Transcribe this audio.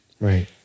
Right